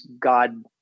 God